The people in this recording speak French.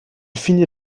finit